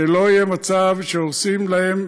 שלא יהיה מצב שהורסים להם,